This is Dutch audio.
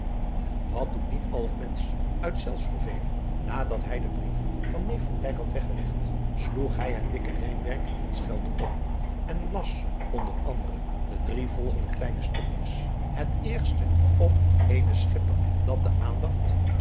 wat doet niet al een mensch uit zelfsverveling nadat hij den brief van neef van dyk had weggelegd sloeg hij het dikke rijmwerk van schelte op en las onder andere de drie volgende kleine stukjes het eerste op eenen schipper dat de aandacht